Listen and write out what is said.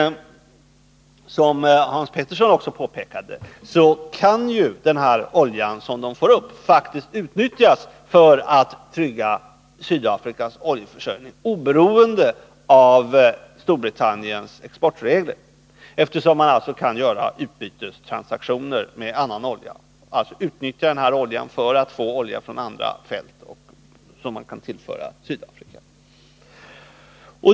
Som Hans Petersson i Hallstahammar också påpekade kan den olja de får upp i Nordsjön faktiskt utnyttjas för att trygga Sydafrikas oljeförsörjning oberoende av Storbritanniens exportregler, eftersom man kan göra utbytestransaktioner med annan olja, dvs. utnyttja oljan från Nordsjön för att få olja från ett annat fält, som man kan tillföra Sydafrika.